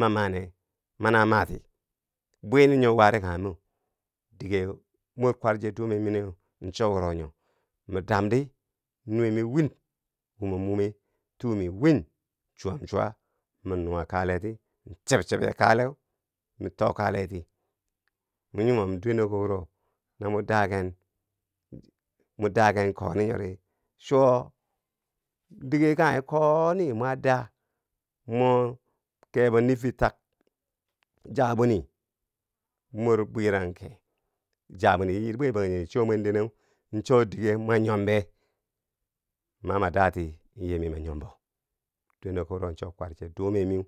Ma maneu mania mati bwiminyo wari kanghe mo, dige mor kwarche dumemi neu cho wuro nyo, mi dam di nuwe mi wiin wumom wume tuumi wiin chwam cwa ma nuwa kaleh ti chibchibe kaleu mi too. kalehti mo nyimom dweneko wuro na mo daaken, mo daaken koni nyori chwo dige kanghe ko- oni mo daa mo kebo niifir tak jabwini mor bwirang ke dabwinii yiiri bwe bangjinghe cho mwendeneu cho dige mwa nyombe, ma. ma dati in yii mi ma nyombo dweneko wuro chor kwarche dume mi